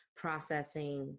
processing